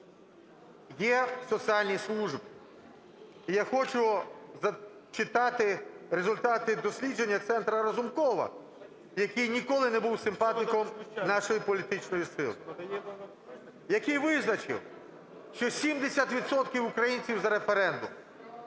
є соціальні служби. І я хочу зачитати результати дослідження Центра Разумкова, який ніколи не був симпатиком нашої політичної сили, який визначив, що 70 відсотків українців за референдум,